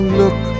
look